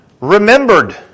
remembered